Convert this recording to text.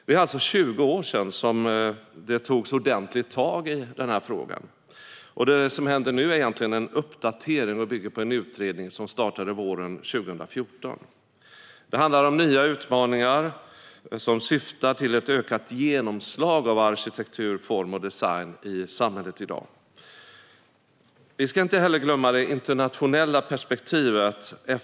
Det är alltså 20 år sedan det togs ordentligt tag i denna fråga. Det som händer nu är egentligen en uppdatering och bygger på en utredning som startade våren 2014. Det handlar om nya utmaningar och syftar till ett ökat genomslag för arkitektur, form och design i samhället i dag. Vi ska inte heller glömma det internationella perspektivet.